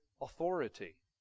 authority